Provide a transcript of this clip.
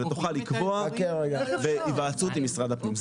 אלא תוכל לקבוע בהיוועצות עם משרד הפנים,